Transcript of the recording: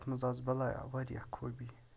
تَتھ مَنٛز آسہٕ بَلایا واریاہ خوٗبی